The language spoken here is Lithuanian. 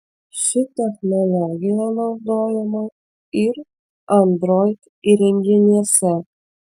ši technologija naudojama ir android įrenginiuose